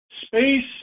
Space